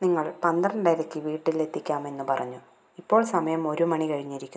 നിങ്ങൾ പന്ത്രണ്ടരയ്ക്ക് വീട്ടിലെത്തിക്കാമെന്നു പറഞ്ഞു ഇപ്പോൾ സമയം ഒരുമണി കഴിഞ്ഞിരിക്കുന്നു